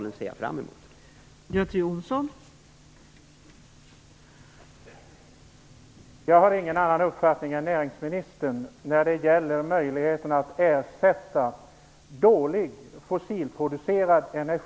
Jag ser fram emot de samtalen.